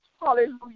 Hallelujah